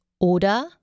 oder